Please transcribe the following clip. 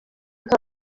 nka